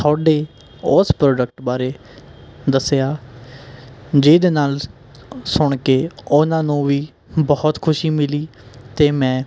ਤੁਹਾਡੇ ਉਸ ਪ੍ਰੋਡਕਟ ਬਾਰੇ ਦੱਸਿਆ ਜਿਹਦੇ ਨਾਲ਼ ਸੁਣ ਕੇ ਉਹਨਾਂ ਨੂੰ ਵੀ ਬਹੁਤ ਖੁਸ਼ੀ ਮਿਲੀ ਅਤੇ ਮੈਂ